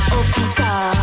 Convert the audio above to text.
officer